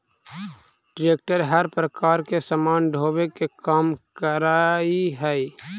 tractor हर प्रकार के सामान ढोवे के काम करऽ हई